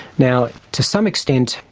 now, to some extent,